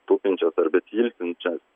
tupinčios ar besiilsinčias